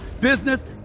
business